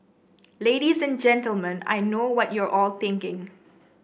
ladies and Gentlemen I know what you're all thinking